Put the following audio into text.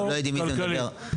הכל זה כלכלי.